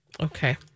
Okay